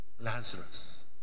Lazarus